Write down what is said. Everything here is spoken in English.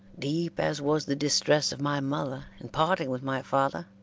deep as was the distress of my mother in parting with my father,